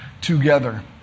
together